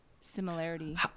similarity